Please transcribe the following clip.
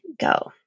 go